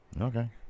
Okay